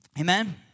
Amen